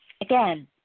Again